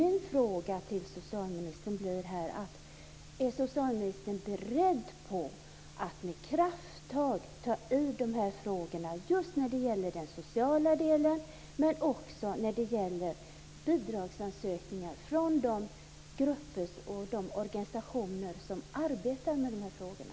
Min fråga till socialministern blir: Är socialministern beredd att med kraft ta itu med dessa frågor, just när det gäller den sociala delen men också när det gäller bidragsansökningar från de organisationer och grupper som arbetar med detta?